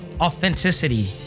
authenticity